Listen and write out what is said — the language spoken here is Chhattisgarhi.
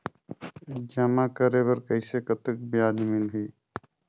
जमा करे बर कइसे कतेक ब्याज मिलही?